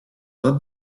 tot